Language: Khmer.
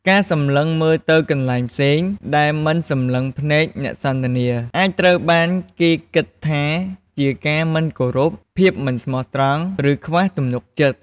ការសម្លឹងមើលទៅកន្លែងផ្សេង ការមិនសម្លឹងភ្នែកអ្នកសន្ទនា អាចត្រូវបានគេគិតថាជាការមិនគោរព ភាពមិនស្មោះត្រង់ ឬខ្វះទំនុកចិត្ត។